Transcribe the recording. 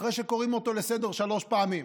אחרי שקוראים אותו לסדר שלוש פעמים.